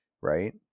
right